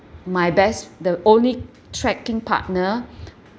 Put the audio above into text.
my best the only tracking partner